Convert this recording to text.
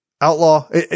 Outlaw